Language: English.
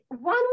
one